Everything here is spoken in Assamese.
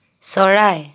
চৰাই